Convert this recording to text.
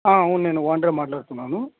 అవును నేను ఓనర్ మాట్లాడుతున్నాను